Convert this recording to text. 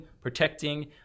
protecting